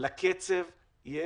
לקצב יש